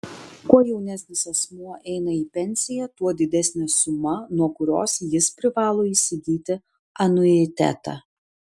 kuo jaunesnis asmuo eina į pensiją tuo didesnė suma nuo kurios jis privalo įsigyti anuitetą